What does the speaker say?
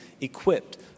equipped